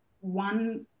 one